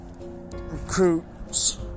recruits